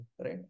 right